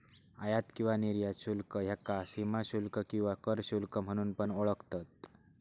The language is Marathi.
आयात किंवा निर्यात शुल्क ह्याका सीमाशुल्क किंवा कर शुल्क म्हणून पण ओळखतत